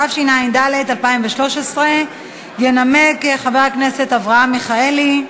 התשע"ד 2013. ינמק חבר הכנסת אברהם מיכאלי.